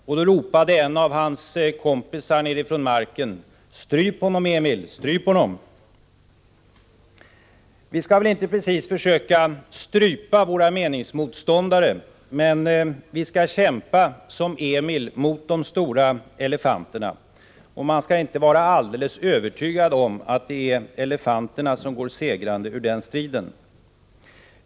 Och då ropade en av hans kompisar nerifrån marken: Stryp honom, Emil, stryp honom! Vi skall väl inte precis försöka strypa våra meningsmotståndare, men vi skall kämpa som Emil mot de stora elefanterna. Och man skall inte vara alldeles övertygad om att det är elefanterna som går segrande ur den striden.